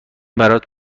برات